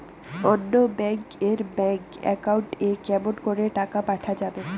অন্য ব্যাংক এর bank account এ কেমন করে টাকা পাঠা যাবে?